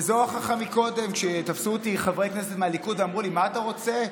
וזו ההוכחה: קודם תפסו אותי חברי כנסת מהליכוד ואמרו לי: מה אתה רוצה?